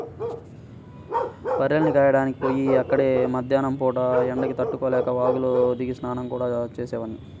బర్రెల్ని కాయడానికి పొయ్యి అక్కడే మద్దేన్నం పూట ఎండకి తట్టుకోలేక వాగులో దిగి స్నానం గూడా చేసేవాడ్ని